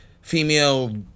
female